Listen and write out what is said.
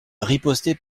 ripostait